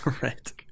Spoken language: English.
Right